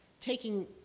taking